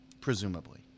Presumably